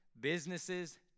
businesses